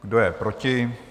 Kdo je proti?